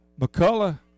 McCullough